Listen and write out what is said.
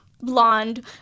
blonde